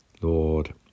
Lord